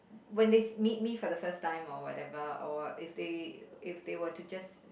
when they meet me for the first time or whatever or if they if they were to just